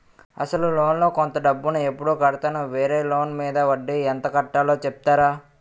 అసలు లోన్ లో కొంత డబ్బు ను ఎప్పుడు కడతాను? వేరే లోన్ మీద వడ్డీ ఎంత కట్తలో చెప్తారా?